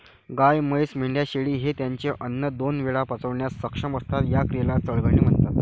गाय, म्हैस, मेंढ्या, शेळी हे त्यांचे अन्न दोन वेळा पचवण्यास सक्षम असतात, या क्रियेला चघळणे म्हणतात